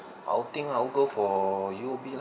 I'll think I'll go for U_O_B lah